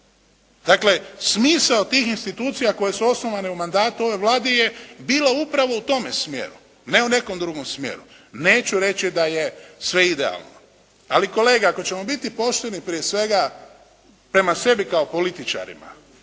Dakle smisao tih institucija koje su osnovane u mandatu ove Vlade je bila upravo u tome smjeru, ne u nekom drugom smjeru. Neću reći da je sve idealno, ali kolega ako ćemo biti pošteni prije svega prema sebi kao političarima